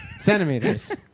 Centimeters